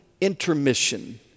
intermission